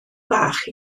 bach